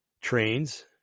Trains